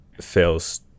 fails